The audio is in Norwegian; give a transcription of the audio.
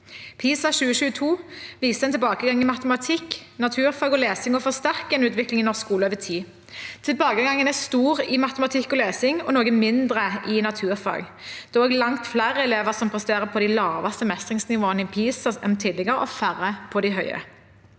PISA 2022 viste en tilbakegang i matematikk, naturfag og lesing, en forsterket utvikling i norsk skole over tid. Tilbakegangen er stor i matematikk og lesing og noe mindre i naturfag. Det er også langt flere elever enn tidligere som presterer på de laveste mestringsnivåene i PISA, og færre på de høye.